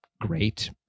great